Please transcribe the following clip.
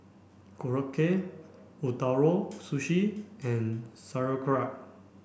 Korokke Ootoro Sushi and Sauerkraut